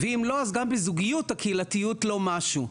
ואם לא, אז גם בזוגיות הקהילתיות לא משהו.